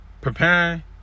preparing